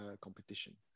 competition